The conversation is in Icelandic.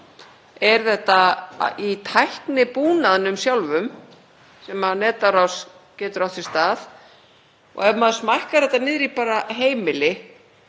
Er það í tæknibúnaðinum sjálfum sem netárás getur átt sér stað? Og ef maður smækkar þetta niður í bara heimili,